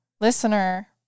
listener